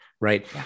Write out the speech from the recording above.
right